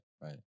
right